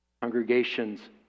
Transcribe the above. Congregations